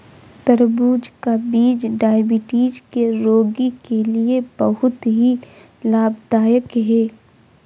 तरबूज का बीज डायबिटीज के रोगी के लिए बहुत ही लाभदायक है